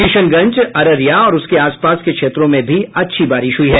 किशनगंज अररिया और उसके आस पास के क्षेत्रों में भी अच्छी बारिश हुई है